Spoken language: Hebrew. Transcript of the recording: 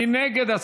מי נגד?